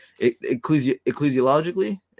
ecclesiologically